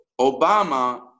Obama